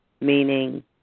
meaning